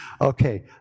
Okay